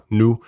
nu